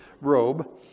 robe